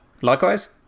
Likewise